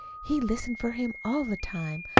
he listened for him all the time.